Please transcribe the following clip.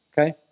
Okay